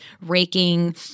raking